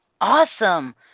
Awesome